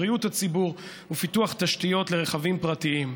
בבריאות הציבור ובפיתוח תשתיות לרכבים פרטיים.